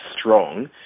strong